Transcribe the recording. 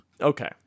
Okay